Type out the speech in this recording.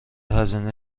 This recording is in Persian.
هزینه